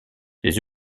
les